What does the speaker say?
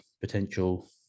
potential